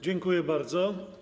Dziękuję bardzo.